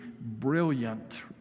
brilliant